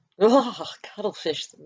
Cuttlefish